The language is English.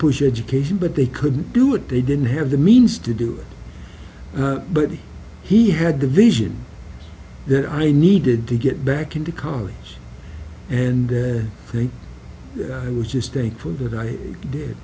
push education but they couldn't do it they didn't have the means to do it but he had the vision that i needed to get back into college and i think i was just thinking that i did